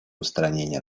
устранения